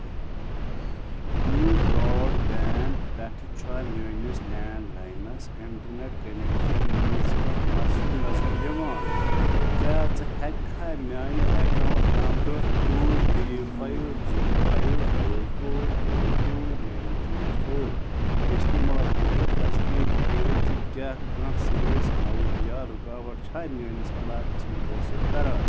U broadband پٮ۪ٹھٕ چھےٚ میٛٲنِس لینٛڈ لاینَس اِنٹَرنٮ۪ٹ کَنٮ۪کشَن منٛز کانٛہہ مسلہٕ نظر یِوان کیٛاہ ژٕ ہٮ۪ککھا میٛانہِ account number two three five zero five five four four two nine zero four اِستعمال کٔرِتھ تصدیٖق کٔرِتھ زِ کیٛاہ کانٛہہ سٔروِس آوُٹ یا رُکاوَٹ چھےٚ میٛٲنِس علاقس مُتٲثر کران